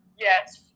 Yes